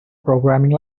programming